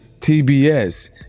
TBS